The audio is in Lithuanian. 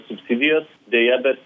subsidijas deja bet